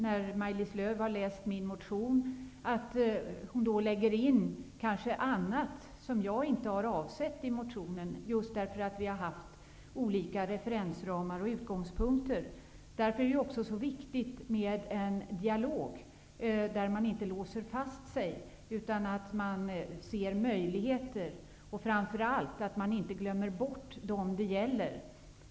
När Maj-Lis Lööw läste min motionen kanske hon lade in annat, som inte jag har avsett i motionen, detta just för att vi har olika referensramar och utgångspunkter. Därför är det också så viktigt med en dialog, där man inte låser sig fast, utan ser möjligheter. Framför allt är det viktigt att inte glömma bort dem det gäller.